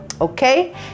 Okay